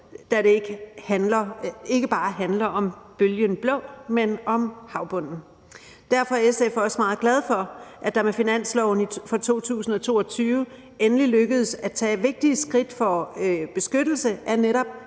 da det ikke bare handler om bølgen blå, men om havbunden. Derfor er vi i SF også meget glade for, at det med finansloven for 2022 endelig lykkedes at tage vigtige skridt til beskyttelse af netop